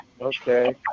Okay